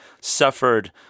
suffered